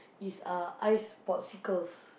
is uh ice popsicles